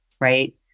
right